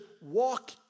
walk